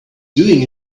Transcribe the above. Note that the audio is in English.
doing